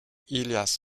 elias